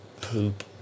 poop